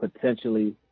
potentially